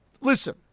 Listen